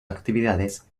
actividades